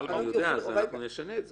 אני יודע, אז אנחנו נשנה את זה.